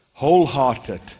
wholehearted